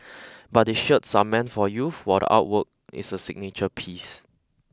but the shirts are meant for youth while the artwork is a signature piece